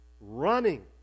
running